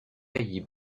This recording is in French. pays